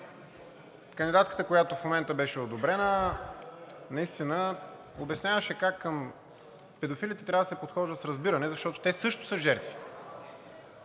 канадидатката, която в момента беше одобрена, наистина обясняваше как към педофилите трябва да се подхожда с разбиране, защото те също са жертви.